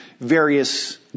various